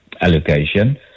allocation